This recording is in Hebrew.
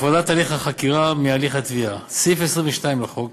הפרדת הליך החקירה מהליך התביעה, סעיף 22 לחוק